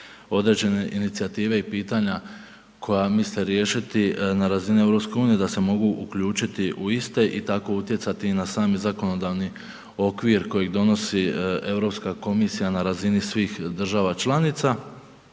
određene inicijative i pitanja koja misle riješiti na razini EU da se mogu uključiti u iste i tako utjecati i na sami zakonodavni okvir kojeg donosi Europska komisija na razini svih država članica.